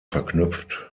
verknüpft